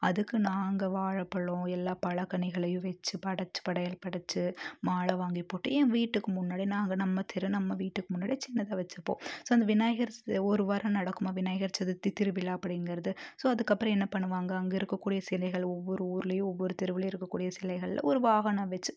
அதுக்கு நாங்கள் வாழைப்பழம் எல்லாம் பழக்கனிகளையும் வச்சு படச்சு படையல் படச்சு மாலை வாங்கி போட்டு என் வீட்டுக்கும் முன்னாடியும் நாங்கள் நம்ம தெரு நம்ம வீட்டுக்கு முன்னாடி சின்னதாக வச்சுப்போம் ஸோ அந்த விநாயகர் ஒரு வாரம் நடக்குமா விநாயகர் சதுர்த்தி திருவிழா அப்படிங்கறது ஸோ அதுக்கப்புறம் என்ன பண்ணுவாங்க அங்கே இருக்கக்கூடிய சிலைகள் ஒவ்வொரு ஊருலேயும் ஒவ்வொரு தெருவிலேயும் இருக்கக்கூடிய சிலைகள் ஒரு வாகனம் வச்சு